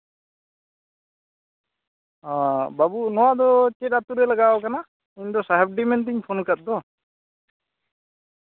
ᱚᱻ ᱵᱟᱹᱵᱩ ᱱᱚᱣᱟ ᱫᱚ ᱪᱮᱫ ᱟᱹᱛᱩᱨᱮ ᱞᱟᱜᱟᱣ ᱠᱟᱱᱟ ᱤᱧ ᱫᱚ ᱥᱟᱦᱮᱵᱽᱰᱤ ᱢᱮᱱᱛᱤᱧ ᱯᱷᱳᱱ ᱠᱟᱫ ᱫᱚ